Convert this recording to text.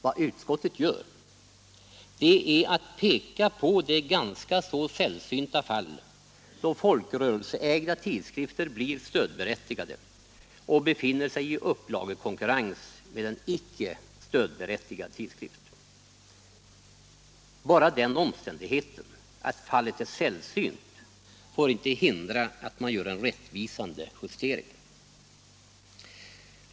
Vad utskottet gör är att peka på det ganska så sällsynta fall då folkrörelseägda tidskrifter blir stödberättigade och befinner sig i upplagekonkurrens med en icke stödberättigad tidskrift. Bara den omständigheten att fallet är sällsynt får inte hindra att man gör en rättvisande justering.